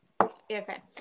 Okay